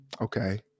okay